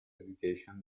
education